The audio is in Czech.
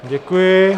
Děkuji.